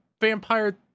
Vampire